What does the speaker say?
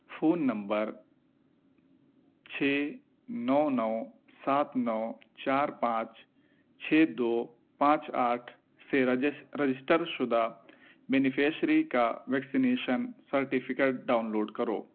phone number چھ نو نو سات نو چار پانچ چھ دو پانچ آٹھ سے رجسٹر شدہ بینیفیشری کا ویکسینیشن سرٹیفکیٹ ڈاؤن لوڈ کرو